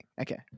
okay